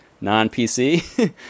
non-PC